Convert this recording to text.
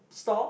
store